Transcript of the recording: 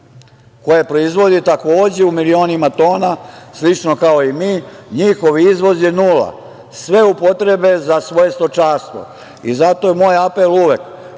koje proizvodi takođe u milionima tona, slično kao i mi? Njihov izvoz je nula. Sve upotrebe za svoje stočarstvo i zato je moj apel uvek